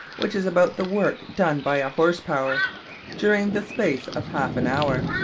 which is about the work done by a horse-power during the space of half an hour.